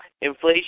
inflation